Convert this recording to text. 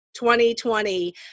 2020